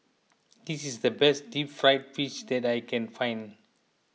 this is the best Deep Fried Fish that I can find